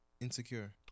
Insecure